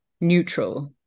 neutral